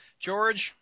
George